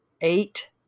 eight